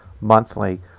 monthly